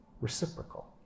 reciprocal